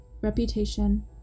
reputation